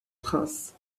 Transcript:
prince